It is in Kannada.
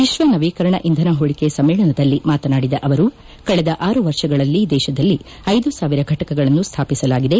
ವಿಶ್ವ ನವೀಕರಣ ಇಂಧನ ಹೂಡಿಕೆ ಸಮ್ಮೇಳನದಲ್ಲಿ ಮಾತನಾಡಿದ ಅವರು ಕಳೆದ ಆರು ವರ್ಷಗಳಲ್ಲಿ ದೇಶದಲ್ಲಿ ಐದು ಸಾವಿರ ಘಟಕಗಳನ್ನು ಸ್ವಾಪಿಸಲಾಗಿದೆ